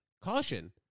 caution